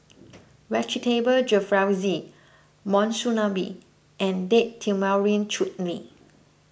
Vegetable Jalfrezi Monsunabe and Date Tamarind Chutney